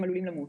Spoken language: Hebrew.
הם עלולים למות.